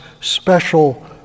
special